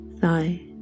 thigh